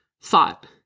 Thought